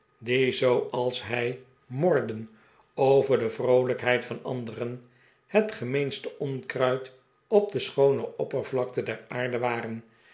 die zooals hij morden over de vroolijkheid van anderen het gemeenste onkruid op de schoone oppervlakte der aarde waren